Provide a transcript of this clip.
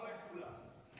גם לא לכולם.